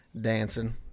dancing